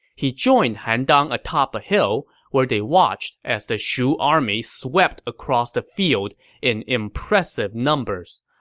he joined han dang atop a hill, where they watched as the shu army swept across the field in impressive numbers.